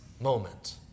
moment